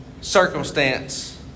circumstance